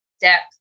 depth